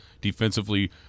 Defensively